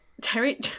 Terry